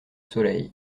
soleil